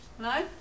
No